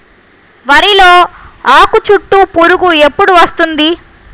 వరిలో ఆకుచుట్టు పురుగు ఎప్పుడు వస్తుంది?